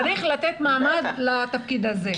צריך לתת מעמד לתפקיד הזה.